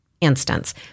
instance